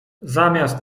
zamiast